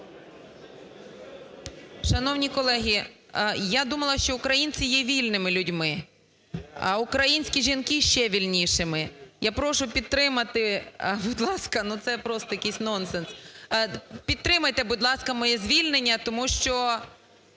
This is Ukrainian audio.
Шановні колеги, я думала, що українці є вільними людьми, а українські жінки – ще вільнішими. Я прошу підтримати, будь ласка, ну, це просто якийсь нонсенс. Підтримайте, будь ласка, моє звільнення, тому що